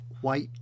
white